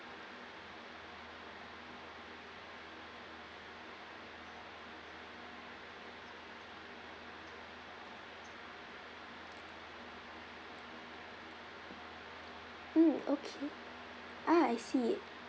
mm okay ah I see